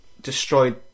destroyed